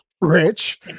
Rich